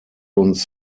uns